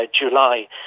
July